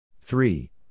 Three